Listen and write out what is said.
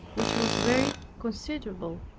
which was very considerable.